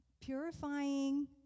purifying